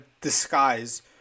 disguise